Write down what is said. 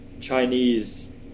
Chinese